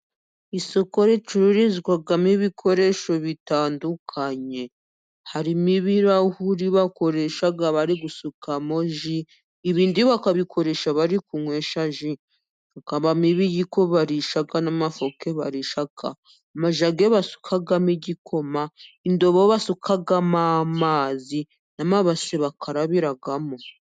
Isoko ricururizwamo ibikoresho bitandukanye, harimo ibirahuri bakoresha bari gusukamo ji ibindi bakabikoresha bari kunywesha ji, hakabamo ibiyiko barisha n'amafoke barisha, amajage basukamo igikoma indobo basukamo amazi n'amabase bakarabiramo.